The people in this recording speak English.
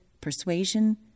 persuasion